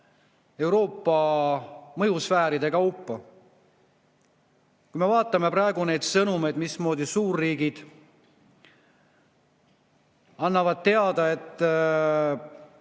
Euroopa ära mõjusfäärideks? Kui me vaatame praegu neid sõnumeid, mismoodi suurriigid annavad teada, et